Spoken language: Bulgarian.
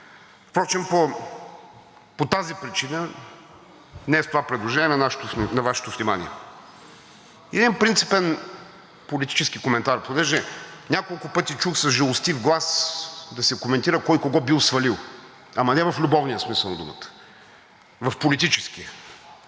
Впрочем, по тази причина днес това предложение е на Вашето внимание. И един принципен политически коментар, понеже няколко пъти чух с жалостив глас да се коментира кой кого бил свалил, ама не в любовния смисъл на думата, а в политическия.